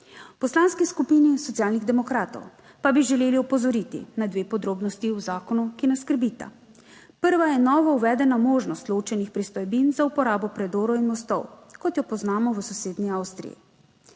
Poslanski skupini Socialnih demokratov pa bi želeli opozoriti na dve podrobnosti v zakonu, ki nas skrbita. Prva je novo uvedena možnost ločenih pristojbin za uporabo predorov in mostov, kot jo poznamo v sosednji Avstriji.